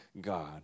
God